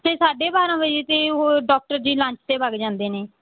ਅਤੇ ਸਾਢੇ ਬਾਰ੍ਹਾਂ ਵਜੇ 'ਤੇ ਉਹ ਡਾਕਟਰ ਜੀ ਲੰਚ 'ਤੇ ਵਗ ਜਾਂਦੇ ਨੇ